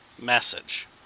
message